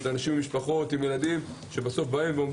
הם אנשים עם משפחות וילדים שעומדים